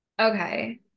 okay